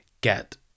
get